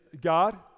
God